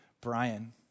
Brian